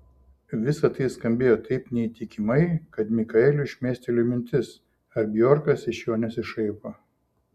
visa tai skambėjo taip neįtikimai kad mikaeliui šmėstelėjo mintis ar bjorkas iš jo nesišaipo